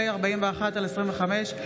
פ/41/25,